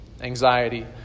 anxiety